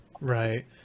Right